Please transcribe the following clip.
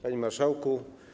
Panie Marszałku!